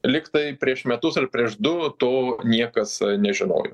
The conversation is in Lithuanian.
lyg tai prieš metus ar prieš du to niekas nežinojo